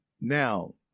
Now